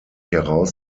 heraus